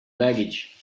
baggage